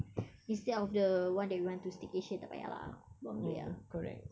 instead of the one that we want to staycation tak payah lah buang duit lah